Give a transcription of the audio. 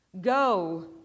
go